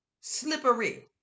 Slippery